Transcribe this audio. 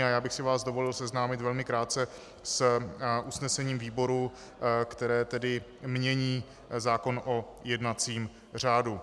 A já bych si vás dovolil seznámit velmi krátce s usnesením výboru, které tedy mění zákon o jednacím řádu.